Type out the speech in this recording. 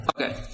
Okay